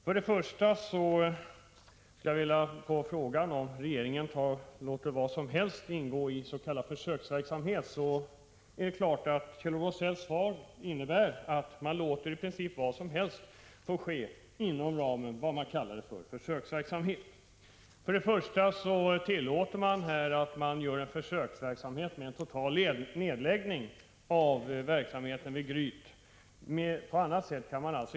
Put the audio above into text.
När det gäller min fråga om regeringen låter vad som helst ingå i s.k. försöksverksamhet är det klart att Kjell-Olof Feldts svar innebär att regeringen låter i princip vad som helst få ske inom ramen för vad man kallar försöksverksamhet. Man tillåter här försök med en total nedläggning av verksamheten vid sambandscentralen i Gryt.